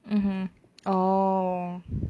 mmhmm oh